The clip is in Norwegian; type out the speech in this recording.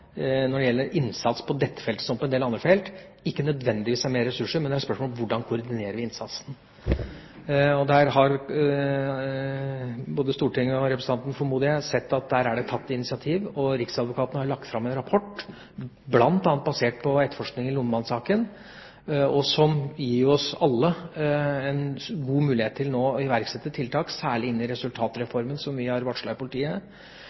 når det gjelder innsats på dette feltet, som på en del andre felt, ikke nødvendigvis er mer ressurser, men hvordan vi koordinerer innsatsen. Og der har både Stortinget og representanten – formoder jeg – sett at det er tatt initiativ. Riksadvokaten har lagt fram en rapport, bl.a. basert på etterforskningen i Lommemannen-saken, som gir oss alle en god mulighet til å iverksette tiltak særlig inn mot resultatreformen, som vi har varslet i politiet,